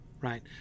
right